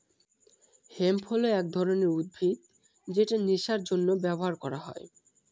hemp হল এক ধরনের উদ্ভিদ যেটা নেশার জন্য ব্যবহার করা হয়